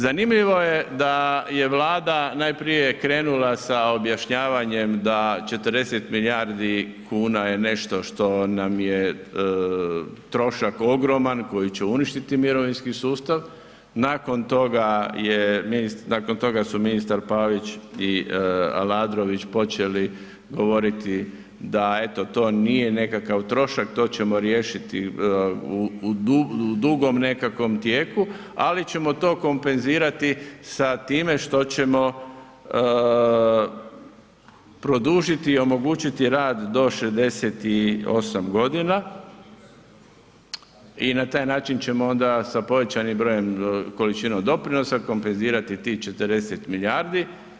Zanimljivo je da je Vlada najprije krenula sa objašnjavanjem da 40 milijardi kuna je nešto što nam je trošak ogroman koji će uništiti mirovinski sustav, nakon toga su ministar Pavić i Aladrović počeli govoriti da eto to nije nekakav trošak, to ćemo riješiti u dugom nekom tijeku, ali ćemo to kompenzirati sa time što ćemo produžiti i omogućiti rad do 68 godina i na taj način ćemo onda sa povećanim brojem količinom doprinosa kompenzirati tih 40 milijardi.